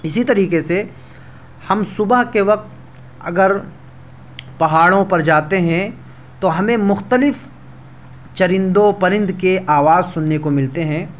اسی طریقے سے ہم صبح کے وقت اگر پہاڑوں پر جاتے ہیں تو ہمیں مختلف چرند و پرند کے آواز سننے کو ملتے ہیں